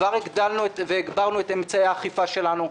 כבר הגדלנו והגברנו את אמצעי האכיפה שלנו,